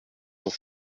cent